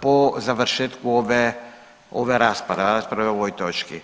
po završetku ove rasprave, rasprave o ovoj točki.